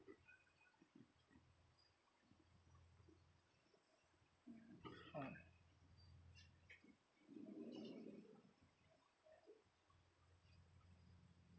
ah